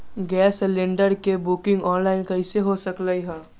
Gas cylinder के booking online कईसे हो सकलई ह?